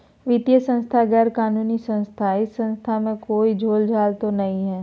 वित्तीय संस्था गैर कानूनी संस्था है इस संस्था में कोई झोलझाल तो नहीं है?